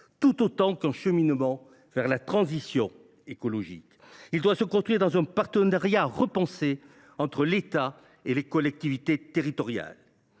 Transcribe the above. tout autant qu’un cheminement vers la transition écologique. Il doit se construire dans un partenariat repensé entre l’État et les collectivités territoriales.